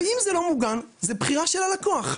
ואם זה לא מוגן זו בחירה של הלקוח.